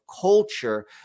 culture